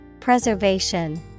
Preservation